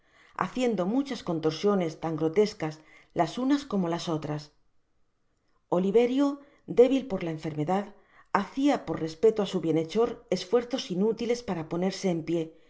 haciendo muchas contorsiones tan grotescas las unas como las otras oliverio débil por la enfermedad hacia por respecto á su bienhechor esfuerzos inútiles para ponerse en pié